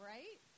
Right